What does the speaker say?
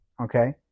okay